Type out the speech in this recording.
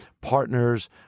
partners